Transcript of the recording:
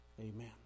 Amen